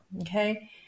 okay